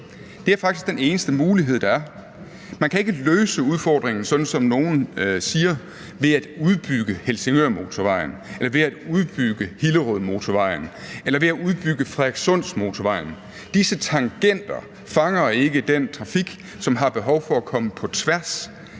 Det er faktisk den eneste mulighed, der er. Man kan ikke løse udfordringen, sådan som nogle siger, ved at udbygge Helsingørmotorvejen eller ved at udbygge Hillerødmotorvejen eller ved at udbygge Frederikssundsmotorvejen. Disse tangenter fanger ikke de trafikanter, som har behov for at komme på tværs